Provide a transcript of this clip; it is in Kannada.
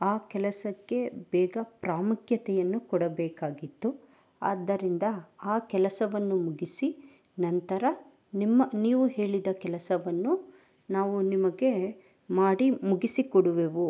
ಆ ಕೆಲಸಕ್ಕೆ ಬೇಗ ಪ್ರಾಮುಖ್ಯತೆಯನ್ನು ಕೊಡಬೇಕಾಗಿತ್ತು ಆದ್ಧರಿಂದ ಆ ಕೆಲಸವನ್ನು ಮುಗಿಸಿ ನಂತರ ನಿಮ್ಮ ನೀವು ಹೇಳಿದ ಕೆಲಸವನ್ನು ನಾವು ನಿಮಗೆ ಮಾಡಿ ಮುಗಿಸಿ ಕೊಡುವೆವು